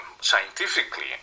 scientifically